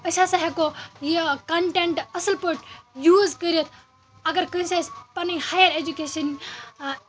أسۍ ہَسا ہیٚکو یہِ کَنٹینٹ اصل پٲٹھۍ یوز کٔرِتھ اَگر کٲنسہِ آسہِ پَنٕنۍ ہَیَر ایجوکیشَن